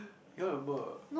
cannot remember